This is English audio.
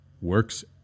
Works